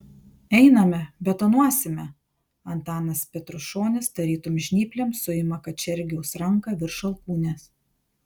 einame betonuosime antanas petrušonis tarytum žnyplėm suima kačergiaus ranką virš alkūnės